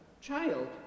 Child